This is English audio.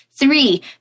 Three